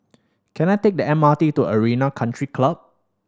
can I take the M R T to Arena Country Club